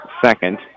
second